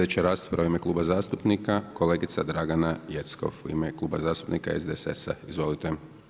Sljedeća rasprava u ime kluba zastupnika kolegica Dragana Jeckov, u ime Kluba zastupnika SDSS-a, izvolite.